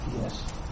Yes